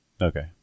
Okay